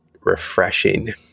refreshing